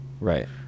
Right